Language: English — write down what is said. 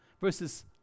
verses